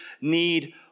need